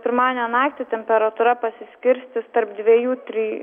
pirmadienio naktį temperatūra pasiskirstys tarp dviejų tri